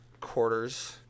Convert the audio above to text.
quarters